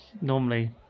normally